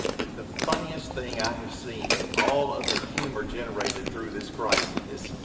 the the funniest thing i have seen in all of the humor generated through this crisis,